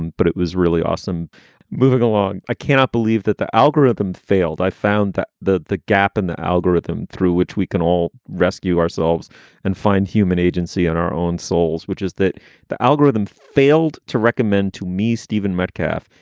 but it was really awesome moving along. i cannot believe that the algorithm failed. i found that the the gap in the algorithm through which we can all rescue ourselves and find human agency on our own souls, which is that the algorithm failed to recommend to me. stephen metcalf,